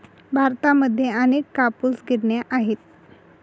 भारतामध्ये अनेक कापूस गिरण्या आहेत